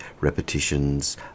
repetitions